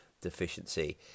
deficiency